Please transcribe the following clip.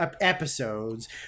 episodes